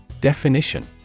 Definition